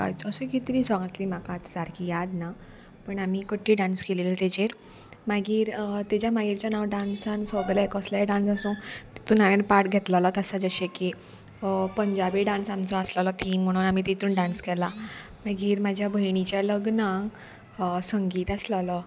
अशी कितली सोंग आसली म्हाका आतां सारकी याद ना पण आमी कट्टी डांस केलेली तेजेर मागीर तेज्या मागीरच्यान डांसान सोगले कसलेय डांस आसूं तितून हांवें पार्ट घेतलेलोत आसा जशें की पंजाबी डांस आमचो आसलेलो थींग म्हणून आमी तितून डांस केला मागीर म्हाज्या भयणीच्या लग्नांक संगीत आसलेलो